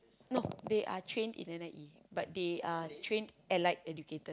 no they are trained in N_I_E but they are trained Allied-Educators